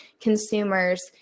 consumers